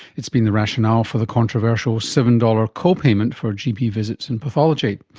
it's been the rationale for the controversial seven dollars co-payment for gp visits and pathology.